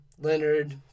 Leonard